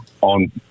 on